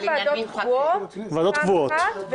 רק ועדות קבועות פעם אחת,